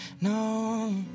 no